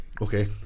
Okay